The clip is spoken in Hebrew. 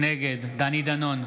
נגד דני דנון,